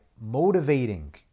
motivating